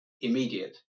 Immediate